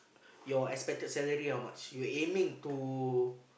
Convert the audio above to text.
your expected salary how much your aiming to